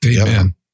Amen